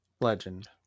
legend